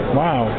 wow